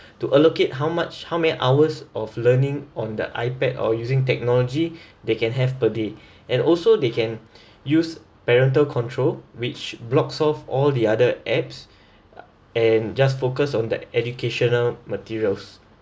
to allocate how much how many hours of learning on the ipad or using technology they can have per day and also they can use parental control which blocks of all the other apps and just focus on that educational materials